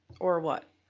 or what?